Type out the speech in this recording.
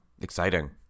Exciting